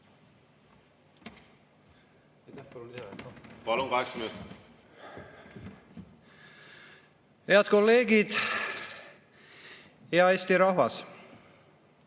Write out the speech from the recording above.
Head kolleegid! Hea Eesti rahvas!